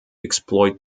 exploit